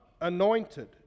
anointed